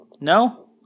No